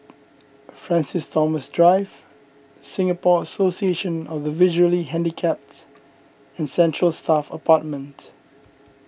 Francis Thomas Drive Singapore Association of the Visually Handicapped and Central Staff Apartment